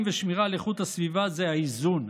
ושמירה על איכות הסביבה זה האיזון,